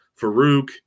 Farouk